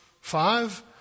five